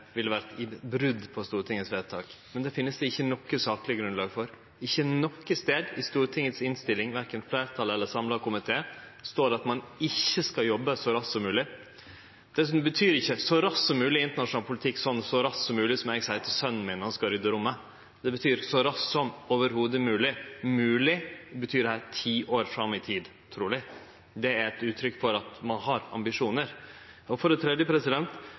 ville vore brot på Stortingets vedtak. Men det finst det ikkje noko sakleg grunnlag for. Ikkje nokon stad i Stortingets innstilling, verken frå fleirtalet eller frå ein samla komité, står det at ein ikkje skal jobbe så raskt som mogleg. Dessutan betyr ikkje «så raskt som mogleg» i internasjonal politikk det same som det «så raskt som mogleg» som eg seier til sonen min når han skal rydde rommet. Det betyr «så raskt som mogleg i det heile» – «mogleg» betyr her truleg ti år fram i tid. Det er eit uttrykk for at ein har ambisjonar. For det tredje: